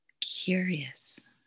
Curious